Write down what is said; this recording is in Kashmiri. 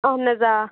اَہَن حظ آ